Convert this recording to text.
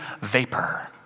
vapor